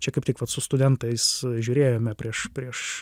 čia kaip tik vat su studentais žiūrėjome prieš prieš